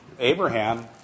Abraham